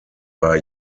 war